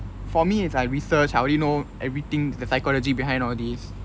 for me it's I research I already know everything the psychology behind all these